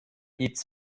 its